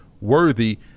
worthy